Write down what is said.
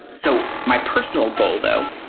so my personal goal, though,